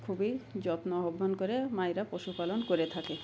খুবই যত্ন আহ্বান করে মায়েরা পশুপালন করে থাকে